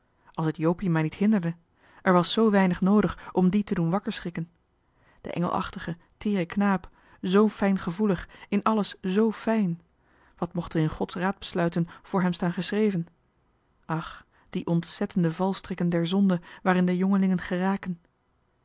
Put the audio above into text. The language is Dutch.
als het jopie maar niet hinderde er was zoo weinig noodig om dien te doen wakkerschrikken de engelachtige teere knaap zoo fijngevoelig in alles zoo fijn wat mocht er in gods raads besluiten voor hem staan geschreven ach die ontzettende valstrikken der zonde waarin de jongelingen geraken